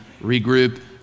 regroup